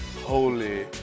holy